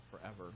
forever